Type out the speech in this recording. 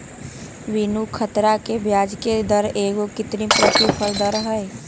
बीनू ख़तरा के ब्याजके दर एगो कृत्रिम प्रतिफल दर हई